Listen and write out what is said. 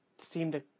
seemed